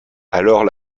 alors